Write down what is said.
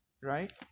right